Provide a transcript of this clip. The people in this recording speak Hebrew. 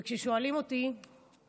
כששואלים אותי